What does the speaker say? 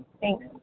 thanks